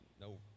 No